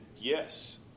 yes